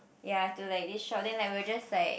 ya to like this shop then I would just like